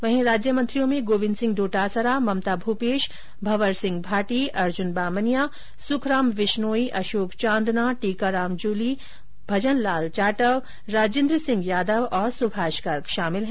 वहीं राज्यमंत्रियों में गोविन्द सिंह डोटासरा ममता भूपेश भंवर सिंह भाटी अर्जुन बामनिया सुखराम विश्नोई अशोक चादंना टीकाराम जूली भजन लाल जाटव राजेन्द्र सिंह यादव और सुभाष गर्ग शामिल है